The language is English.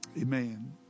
Amen